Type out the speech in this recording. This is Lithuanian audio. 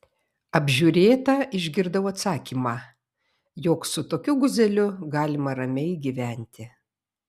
apžiūrėta išgirdau atsakymą jog su tokiu guzeliu galima ramiai gyventi